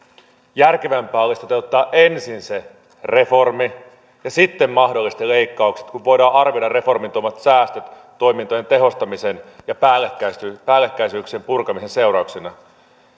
järkevämpää olisi toteuttaa ensin se reformi ja sitten mahdollisesti leikkaukset kun voidaan arvioida reformin tuomat säästöt toimintojen tehostamisen ja päällekkäisyyksien purkamisen seurauksena